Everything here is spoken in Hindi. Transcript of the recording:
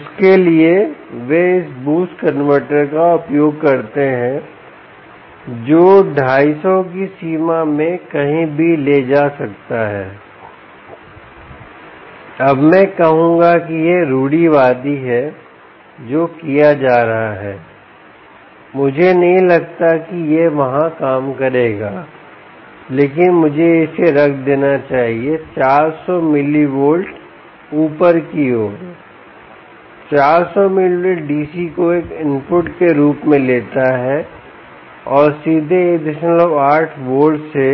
उसके लिए वे इस बूस्ट कनवर्टर का उपयोग करते हैं जो 250 की सीमा में कहीं भी ले जा सकता है अब मैं कहूंगा कि यह रूढ़िवादी है जो किया जा रहा है मुझे नहीं लगता कि यह वहां काम करेगा लेकिन मुझे इसे रख देना चाहिए 400 मिलीवोल्ट ऊपर की ओर 400 मिलीवोल्ट डीसी को एक इनपुट के रूप में लेता है और सीधे 18 वोल्ट से